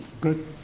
Good